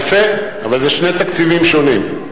יפה, אבל זה שני תקציבים שונים.